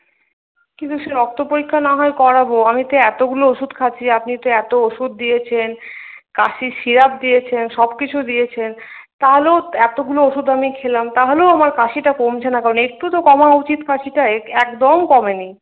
কিন্তু সে রক্ত পরীক্ষা না হয় করাবো আমি তো এতগুলো ওষুধ খাচ্ছি আপনি তো এত ওষুধ দিয়েছেন কাশির সিরাপ দিয়েছেন সবকিছু দিয়েছেন তাহলেও এতগুলো ওষুধ আমি খেলাম তাহলেও আমার কাশিটা আমার কমছে না একটু তো কমা উচিৎ কাশিটা একদম কমেনি